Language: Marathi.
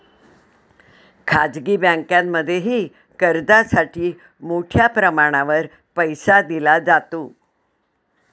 खाजगी बँकांमध्येही कर्जासाठी मोठ्या प्रमाणावर पैसा दिला जातो